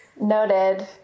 noted